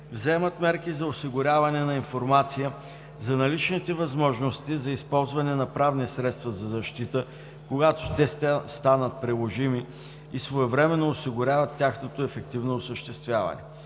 вземат мерки за осигуряване на информация за наличните възможности за използване на правни средства за защита, когато те станат приложими, и своевременно осигуряват тяхното ефективно осъществяване.